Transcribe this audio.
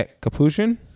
Capuchin